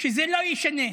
שזה לא יישנה.